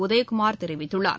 உதயகுமார் தெரிவித்துள்ளார்